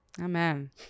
Amen